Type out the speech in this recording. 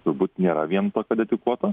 turbūt nėra vien tokio dedikuoto